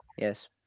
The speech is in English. Yes